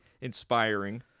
inspiring